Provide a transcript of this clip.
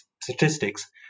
statistics